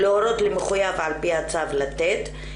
להורות למחויב על פי הצו לתת,